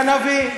גנבים.